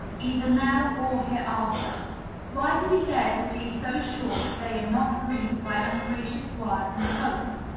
either now or hereafter. why do we dare to be so sure that they are not grieved by ungracious words and tones?